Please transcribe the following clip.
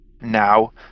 now